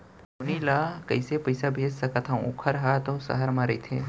नोनी ल कइसे पइसा भेज सकथव वोकर हा त सहर म रइथे?